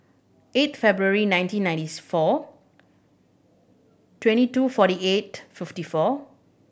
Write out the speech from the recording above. eight February nineteen ninety four twenty two forty eight fifty four